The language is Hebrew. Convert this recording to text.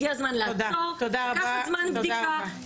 הגיע הזמן לעצור לקחת זמן בדיקה,